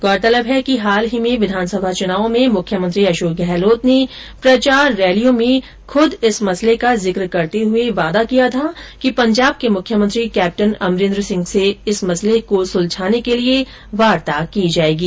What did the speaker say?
गौरतलब है कि हाल के विधानसभा चुनाव में मुख्यमंत्री अशोक गहलोत ने प्रचार रैलियों में स्वयं इस मसले का जिक्र करते हुए वायदा किया था कि पंजाब के मुख्यमंत्री कैप्टन अमरेन्द्र सिंह से वह इस मसले को सुलझाने के लिए वार्ता करेंगे